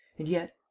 and yet,